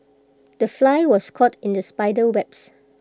the fly was caught in the spider webs